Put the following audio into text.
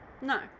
No